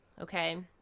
okay